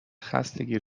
خستگی